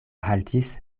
haltis